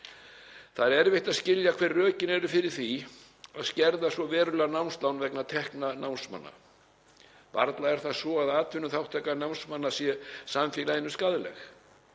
Það er erfitt að skilja hver rökin eru fyrir því að skerða svo verulega námslán vegna tekna námsmanna. Varla er það svo að atvinnuþátttaka námsmanna sé samfélaginu skaðleg.